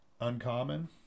uncommon